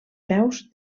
peus